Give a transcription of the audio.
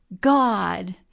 God